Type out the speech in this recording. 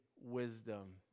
wisdom